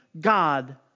God